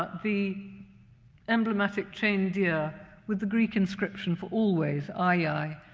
but the emblematic chained deer with the greek inscription for always, aei,